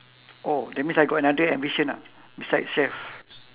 oh that means I got another ambition ah besides chef